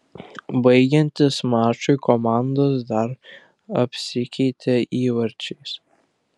baigiantis mačui komandos dar apsikeitė įvarčiais